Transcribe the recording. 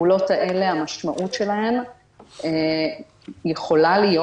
המשמעות של הפעולות האלה יכולה להיות